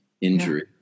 injury